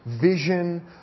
vision